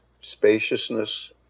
spaciousness